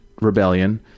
rebellion